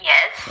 Yes